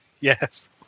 Yes